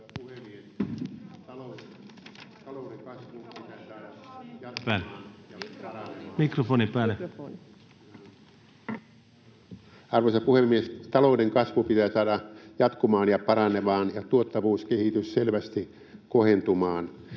Arvoisa puhemies! Talouden kasvu pitää saada jatkumaan ja paranemaan ja tuottavuuskehitys selvästi kohentumaan.